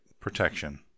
protection